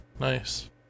Nice